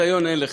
ניסיון אין לך.